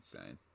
insane